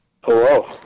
Hello